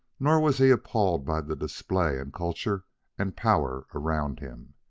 nor was he appalled by the display and culture and power around him.